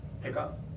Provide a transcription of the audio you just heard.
pickup